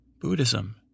Buddhism